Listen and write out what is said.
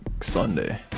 Sunday